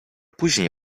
później